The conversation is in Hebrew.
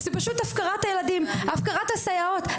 זה פשוט הפקרת הילדים, הפקרת הסייעות.